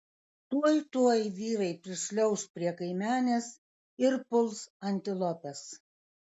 tuoj tuoj vyrai prišliauš prie kaimenės ir puls antilopes